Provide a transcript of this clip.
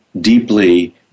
deeply